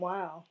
Wow